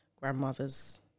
Grandmother's